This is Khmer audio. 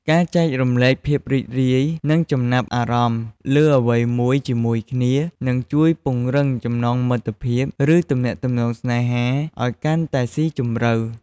ការចែករំលែកភាពរីករាយ និងចំណាប់អារម្មណ៍លើអ្វីមួយជាមួយគ្នា នឹងជួយពង្រឹងចំណងមិត្តភាព ឬទំនាក់ទំនងស្នេហាឱ្យកាន់តែស៊ីជម្រៅ។